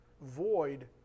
void